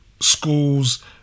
schools